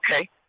okay